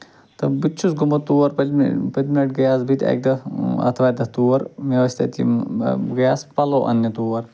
تہٕ بہٕ تہِ چھُس گوٚمُت تور پٔتۍمہِ لَٹہِ پٔتۍمہِ گٔیاس بہٕ تہِ اَکہِ دۄہ آتھوارِ دۄہ تور مےٚ ٲسۍ تَتہِ یِم بہٕ گٔیاس پَلو اَنٕنی تور